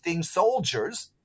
soldiers